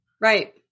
Right